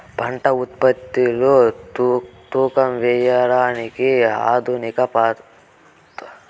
పంట ఉత్పత్తులు తూకం వేయడానికి ఆధునిక త్రాసులో ద్వారా వేసినట్లు అయితే తక్కువ కాలంలో ఎక్కువగా పని జరుగుతుందా?